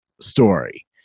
story